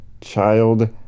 Child